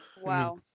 Wow